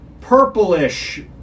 purplish